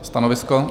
Stanovisko?